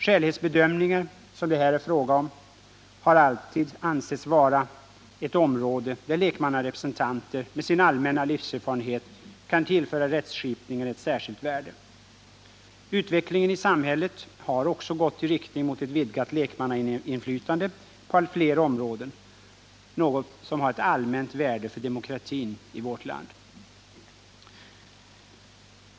Skälighetsbedömningar som det här är fråga om har alltid ansetts vara ett område där lekmannarepresentanter med sin allmänna livserfarenhet kan tillföra rättskipningen ett särskilt värde. Utvecklingen i samhället har också gått i riktning mot ett vidgat lekmannainflytande på allt fler områden, något som har ett allmänt värde för demokratin i vårt land.